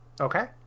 Okay